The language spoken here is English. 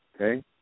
okay